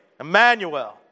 Emmanuel